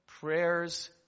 prayers